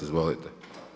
Izvolite.